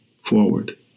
forward